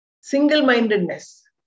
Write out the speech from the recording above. Single-mindedness